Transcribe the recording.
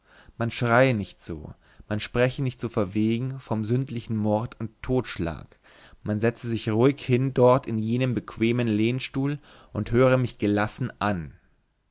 man schreie nicht so man spreche nicht so verwegen vom sündlichen mord und totschlag man setze sich ruhig hin dort in jenen bequemen lehnstuhl und höre mich gelassen an